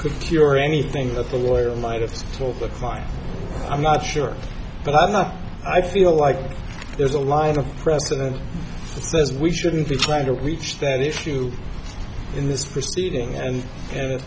could hear anything that the lawyer might have told the client i'm not sure but i know i feel like there's a lie the president says we shouldn't be trying to reach that issue in this proceeding and